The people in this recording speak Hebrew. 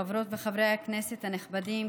חברות וחברי הכנסת הנכבדים,